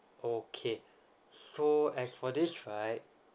okay so as for this right